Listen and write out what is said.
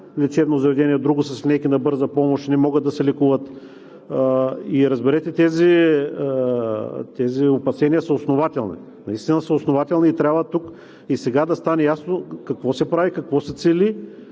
лечебно заведение в друго с линейки на „Бърза помощ“, и не могат да се лекуват. Разберете, тези опасения са основателни, наистина са основателни и трябва тук и сега да стане ясно какво се прави, какво се цели